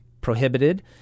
prohibited